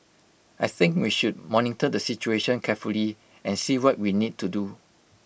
I think we should monitor the situation carefully and see what we need to do